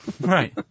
right